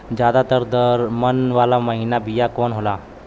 ज्यादा दर मन वाला महीन बिया कवन होला?